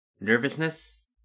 Nervousness